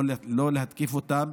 לא להתקיף אותם,